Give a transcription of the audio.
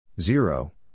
zero